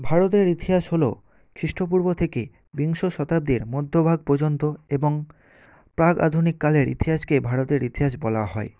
ভারতের ইতিহাস হলো খ্রিস্টপূর্ব থেকে বিংশ শতাব্দীর মধ্যভাগ পর্যন্ত এবং প্রাক্ আধুনিককালের ইতিহাসকে ভারতের ইতিহাস বলা হয়